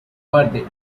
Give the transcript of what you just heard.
verde